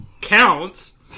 counts